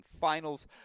Finals